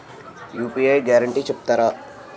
UPI guarantee చెప్తారా?